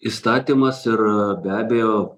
įstatymas ir be abejo